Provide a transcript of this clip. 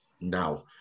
now